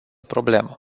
problemă